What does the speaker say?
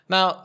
Now